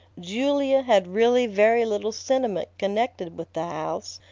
julia had really very little sentiment connected with the house,